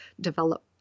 develop